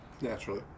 Naturally